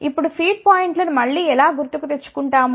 ఇప్పుడు ఫీడ్ పాయింట్లను మళ్ళీ ఎలా గుర్తు కు తెచ్చుకుంటాము